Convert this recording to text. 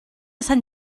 sant